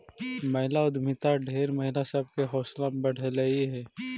महिला उद्यमिता ढेर महिला सब के हौसला बढ़यलई हे